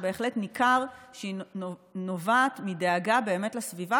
שבהחלט ניכר שהיא נובעת מדאגה לסביבה